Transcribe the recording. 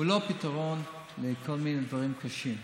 הוא לא פתרון לכל מיני דברים קשים.